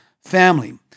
family